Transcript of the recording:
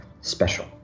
special